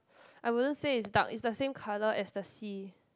I wouldn't say is dark is the same colour as the sea